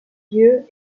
lieu